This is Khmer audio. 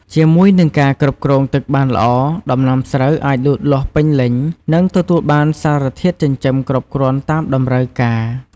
ជាមួយនឹងការគ្រប់គ្រងទឹកបានល្អ ដំណាំស្រូវអាចលូតលាស់ពេញលេញ និងទទួលបានសារធាតុចិញ្ចឹមគ្រប់គ្រាន់តាមតម្រូវការ។